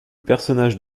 personnage